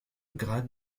grade